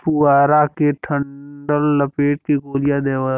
पुआरा के डंठल लपेट के गोलिया देवला